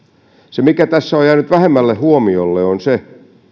se mikä tässä on jäänyt vähemmälle huomiolle on se